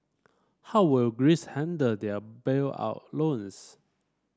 how will Greece handle their bailout loans